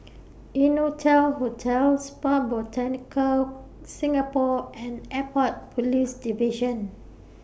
Innotel Hotel Spa Botanica Singapore and Airport Police Division